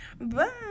Bye